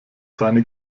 seine